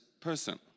person